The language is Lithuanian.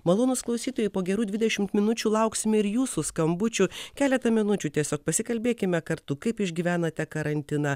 malonūs klausytojai po gerų dvidešimt minučių lauksime ir jūsų skambučių keletą minučių tiesiog pasikalbėkime kartu kaip išgyvenate karantiną